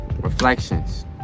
Reflections